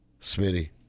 Smitty